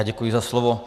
Děkuji za slovo.